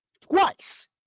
twice